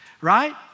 right